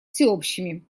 всеобщими